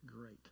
great